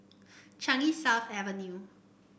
Changi South Avenue